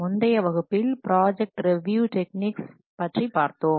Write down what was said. முந்தைய வகுப்பில் project review techniques பற்றி பார்த்தோம்